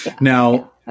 Now